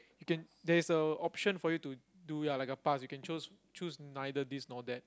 you can there's a option for you to do ya like a pass you can chose choose neither this nor that